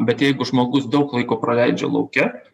bet jeigu žmogus daug laiko praleidžia lauke